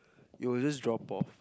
it will just drop off